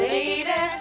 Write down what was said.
Lady